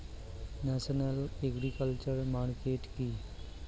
National agriculture market কি?